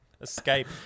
Escape